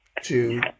two